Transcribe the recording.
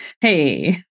Hey